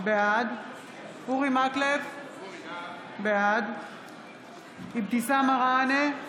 בעד אורי מקלב, בעד אבתיסאם מראענה,